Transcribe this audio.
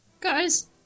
Guys